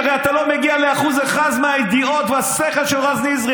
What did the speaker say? הרי אתה לא מגיע לאחוז אחד מהידיעות והשכל של רז נזרי,